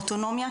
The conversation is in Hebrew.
אוטונומיה,